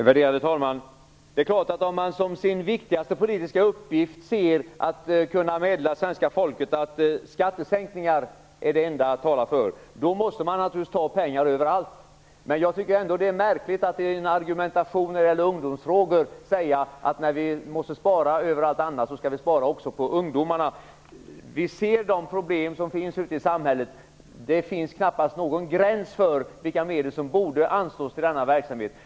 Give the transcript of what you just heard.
Värderade talman! Det är klart att om man ser som sin viktigaste politiska uppgift att kunna meddela svenska folket att skattesänkningar är det enda riktiga, måste man naturligtvis ta pengar överallt. Men jag tycker ändå att Stig Bertilssons argumentation är märklig när han säger att om vi skall spara överallt så skall vi också spara på ungdomarna. Vi ser de problem som finns ute i samhället. Det finns knappast någon gräns för de medel som borde anslås för denna verksamhet.